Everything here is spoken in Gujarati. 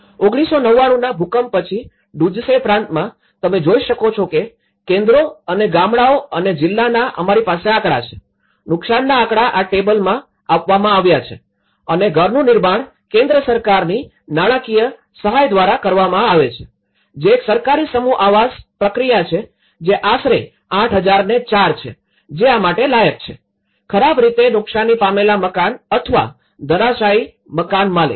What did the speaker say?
૧૯૯૯ના ભૂકંપ પછી ડુઝસે પ્રાંતમાં તમે જોઈ શકો છો કે કેન્દ્રો અને ગામડાઓ અને જિલ્લાના અમારી પાસે આંકડા છે નુકસાનનાં આંકડા આ ટેબલમાં આપવામાં આવ્યા છે અને ઘરનું નિર્માણ કેન્દ્ર સરકારની નાણાકીય સહાય દ્વારા કરવામાં આવે છે જે એક સરકારી સમૂહ આવાસ પ્રક્રિયા છે જે આશરે ૮૦૦૪ છે જે આ માટે લાયક છે ખરાબ રીતે નુકસાન પામેલા મકાન અથવા ધરાશાયી મકાનના માલિક